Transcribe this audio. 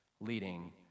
leading